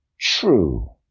True